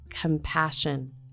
compassion